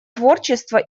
творчества